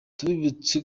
tubibutse